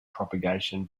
propagation